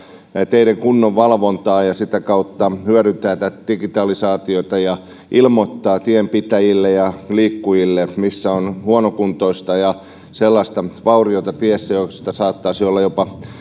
teiden kunnon valvontaa sitä kautta hyödyntää digitalisaatiota ja ilmoittaa tienpitäjille ja liikkujille missä on huonokuntoista ja sellaista vauriota tiessä josta saattaisi olla jopa